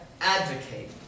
advocate